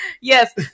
Yes